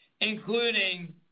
including